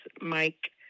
Mike